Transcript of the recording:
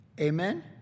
Amen